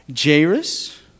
Jairus